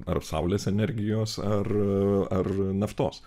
ar saulės energijos ar ar naftos